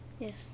yes